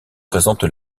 présente